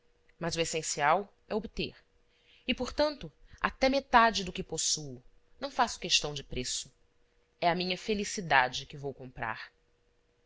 mas o essencial é obter e portanto até metade do que possuo não faço questão de preço é a minha felicidade que vou comprar